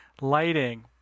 lighting